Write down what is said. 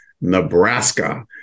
Nebraska